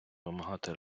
вимагати